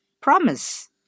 Promise